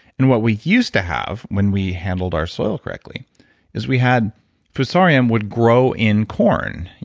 and what we used to have when we handled our soil correctly is we had fusarium would grow in corn,